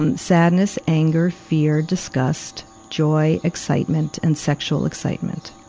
and sadness, anger, fear, disgust, joy, excitement, and sexual excitement.